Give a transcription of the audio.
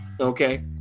Okay